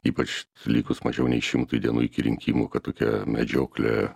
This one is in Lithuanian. ypač likus mažiau nei šimtui dienų iki rinkimų kad tokia medžioklė